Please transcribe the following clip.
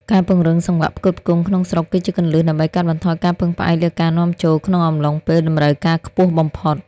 ការពង្រឹងសង្វាក់ផ្គត់ផ្គង់ក្នុងស្រុកគឺជាគន្លឹះដើម្បីកាត់បន្ថយការពឹងផ្អែកលើការនាំចូលក្នុងអំឡុងពេលតម្រូវការខ្ពស់បំផុត។